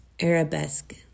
Arabesque